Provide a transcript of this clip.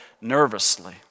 nervously